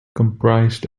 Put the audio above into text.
comprised